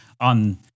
on